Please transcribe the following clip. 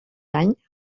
any